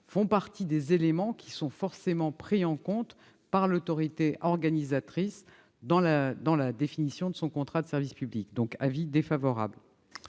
font partie des éléments qui sont forcément pris en compte par l'autorité organisatrice dans la définition du contrat de service public. Là encore,